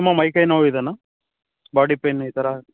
ತುಂಬ ಮೈ ಕೈ ನೋವು ಇದೇನಾ ಬಾಡಿ ಪೈನ್ ಈ ಥರ